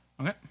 Okay